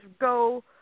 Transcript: go